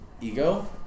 ego